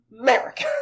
America